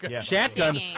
Shotgun